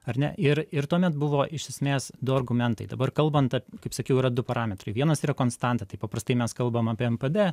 ar ne ir ir tuomet buvo iš esmės du argumentai dabar kalbant ap kaip sakiau yra du parametrai vienas yra konstanta tai paprastai mes kalbame apie npd